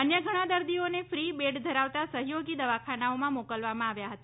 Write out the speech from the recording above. અન્ય ઘણાં દર્દીઓને ફી બેડ ધરાવતા સહયોગી દવાખાનાઓમાં મોકલવામાં આવ્યા હતા